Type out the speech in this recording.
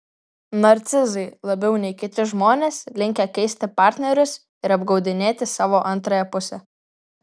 narcizai labiau nei kiti žmonės linkę keisti partnerius ir apgaudinėti savo antrąją pusę